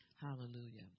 Hallelujah